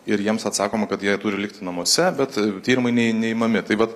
ir jiems atsakoma kad jie turi likti namuose bet tyrimai nei neimami tai vat